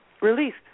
released